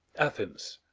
athens.